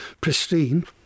pristine